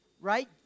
Right